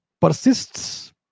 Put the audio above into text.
persists